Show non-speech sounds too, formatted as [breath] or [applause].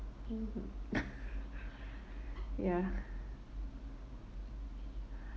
[laughs] ya [breath]